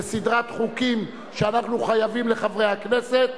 לסדרת חוקים שאנחנו חייבים לחברי הכנסת,